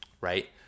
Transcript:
right